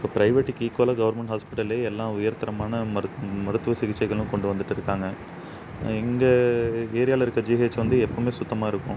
இப்போது ப்ரைவேட்டுக்கு ஈக்குவலாக கவர்மெண்ட் ஹாஸ்பிட்டலிலே எல்லாம் உயர்தரமான மருத் மருத்துவ சிகிச்சைகளும் கொண்டு வந்துகிட்டு இருக்காங்க எங்கள் ஏரியாவில் இருக்கற ஜிஹெச் வந்து எப்போதுமே சுத்தமாக இருக்கும்